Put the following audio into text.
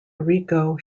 rico